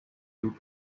due